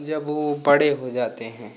जब वह बड़े हो जाते हैं